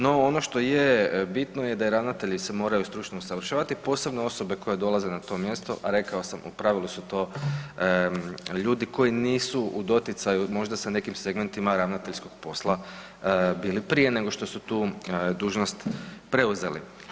No, ono što je bitno je da i ravnatelji se moraju stručno osposobljavati, posebno osobe koje dolaze na to mjesto, a rekao sam u pravilu su to ljudi koji nisu u doticaju možda sa nekim segmentima ravnateljskog posla bili prije nego što su tu dužnost preuzeli.